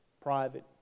Private